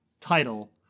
title